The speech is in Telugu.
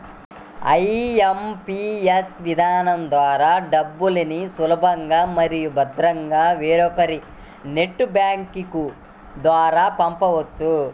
ఐ.ఎం.పీ.ఎస్ విధానం ద్వారా డబ్బుల్ని సులభంగా మరియు భద్రంగా వేరొకరికి నెట్ బ్యాంకింగ్ ద్వారా పంపొచ్చు